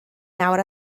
nawr